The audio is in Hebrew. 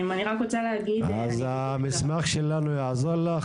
אז המסמך שלנו יעזור לך.